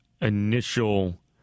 initial